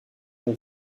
une